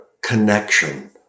connection